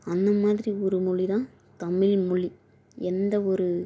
அந்த மாதிரி ஒரு மொழி தான் தமிழ்மொழி எந்த ஒரு